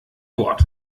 wort